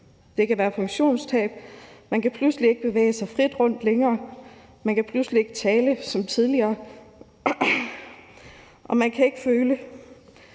Det kan være funktionstab, hvor man pludselig ikke kan bevæge sig frit rundt længere og man pludselig ikke kan tale som tidligere. Man kan derfor